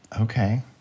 Okay